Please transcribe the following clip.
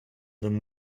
than